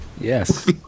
Yes